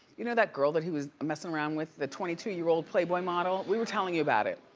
you know that girl that he was messing around with, the twenty two year old playboy model? we were telling you about it.